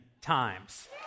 times